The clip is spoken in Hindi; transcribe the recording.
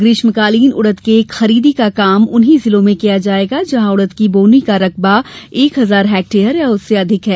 ग्रीष्मकालीन उड़द के खरीदी का काम उन्हीं जिलों में किया जायेगा जहाँ उड़द की बोनी का रकबा एक हजार हेक्टेयर या उससे अधिक है